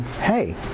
hey